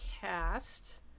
cast